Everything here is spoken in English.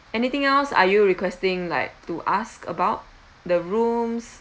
anything else are you requesting like to ask about the rooms